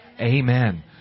Amen